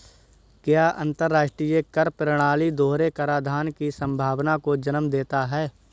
क्या अंतर्राष्ट्रीय कर प्रणाली दोहरे कराधान की संभावना को जन्म देता है?